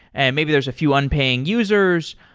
and maybe there's a few un paying users,